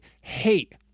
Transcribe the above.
hate